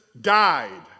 died